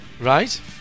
Right